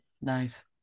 nice